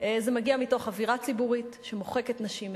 זה מגיע מתוך אווירה ציבורית שמוחקת נשים,